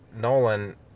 Nolan